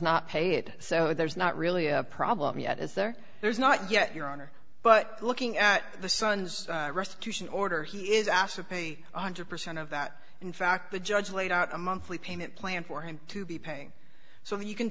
not paid so there's not really a problem yet is there there is not yet your honor but looking at the son's restitution order he is asked to pay one hundred percent of that in fact the judge laid out a monthly payment plan for him to be paying so you can